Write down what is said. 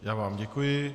Já vám děkuji.